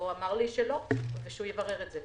הוא אמר לי שלא, ושיברר את זה.